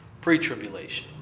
pre-tribulation